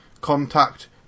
contact